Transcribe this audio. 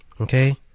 okay